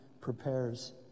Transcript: prepares